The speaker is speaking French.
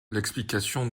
l’explication